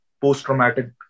post-traumatic